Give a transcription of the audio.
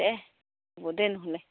দে হ'ব দে নহ'লে